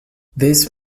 this